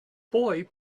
boy